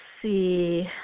see